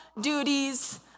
duties